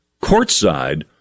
courtside